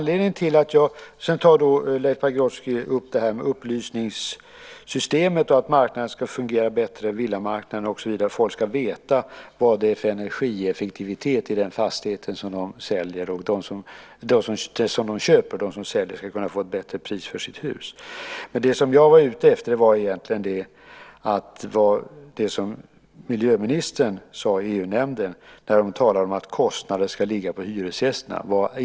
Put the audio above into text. Leif Pagrotsky tar upp upplysningssystemet och att villamarknaden ska fungera bättre, människor ska veta vad det är för energieffektivitet i den fastighet som de köper, och de som säljer ska kunna få ett bättre pris för sitt hus. Men det jag var ute efter var egentligen innebörden av det som miljöministern sade i EU-nämnden när hon talade om att kostnaderna ska ligga på hyresgästerna.